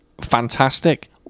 fantastic